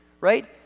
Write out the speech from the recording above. Right